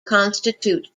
constitute